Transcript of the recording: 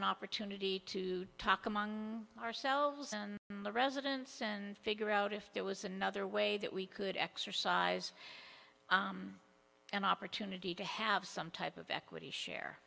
an opportunity to talk among ourselves and the residents and figure out if there was another way that we could exercise an opportunity to have some type of equity share